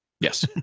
Yes